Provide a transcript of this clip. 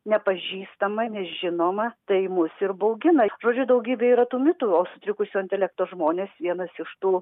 nepažįstama nežinoma tai mus ir baugina iš pradžių daugybė yra tų mitų o sutrikusio intelekto žmonės vienas iš tų